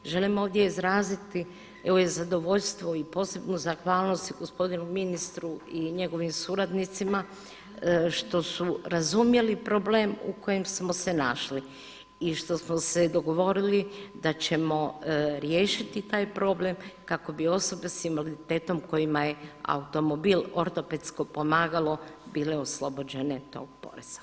Želim ovdje izraziti i zadovoljstvo i posebnu zahvalnost i gospodinu ministru i njegovim suradnicima što su razumjeli problem u kojem smo se našli i što smo se dogovorili da ćemo riješiti taj problem kako bi osobe s invaliditetom kojima je automobil ortopedsko pomagalo bile oslobođene tog poreza.